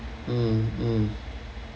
mm mm